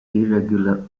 irregular